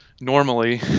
normally